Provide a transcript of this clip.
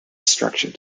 structure